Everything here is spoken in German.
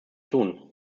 tun